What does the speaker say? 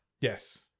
yes